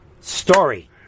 story